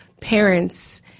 parents